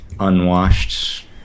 Unwashed